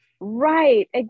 Right